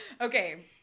Okay